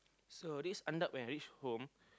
so this Andak when he reach home